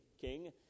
king